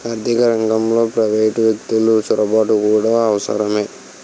ఆర్థిక రంగంలో ప్రైవేటు వ్యక్తులు చొరబాటు కూడా అవసరమే